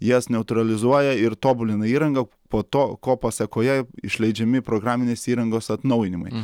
jas neutralizuoja ir tobulina įrangą po to ko pasekoje išleidžiami programinės įrangos atnaujinimai